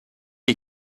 est